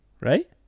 right